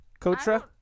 Kotra